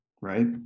right